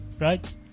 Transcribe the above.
Right